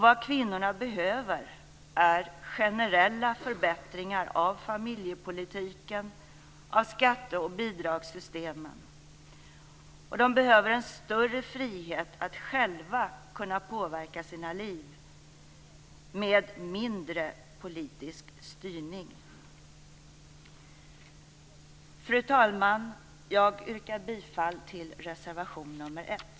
Vad kvinnorna behöver är generella förbättringar av familjepolitiken och av skatte och bidragssystemen. De behöver en större frihet att själva kunna påverka sina liv med mindre politisk styrning. Fru talman! Jag yrkar bifall till reservation nr 1.